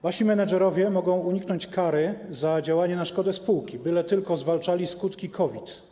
Wasi menedżerowie mogą uniknąć kary za działanie na szkodę spółki, byle tylko zwalczali skutki COVID.